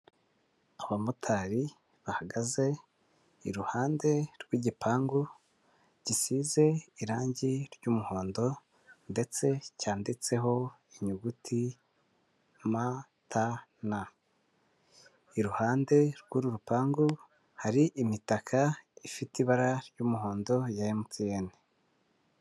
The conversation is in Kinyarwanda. Abamotari bahagaze iruhande rw'igipangu gisize irangi ry'umuhondo ndetse cyanditseho inyuguti mtn. iruhande rw'uru rupangu hari imitaka ifite ibara ry'umuhondo ya mtn.